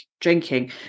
drinking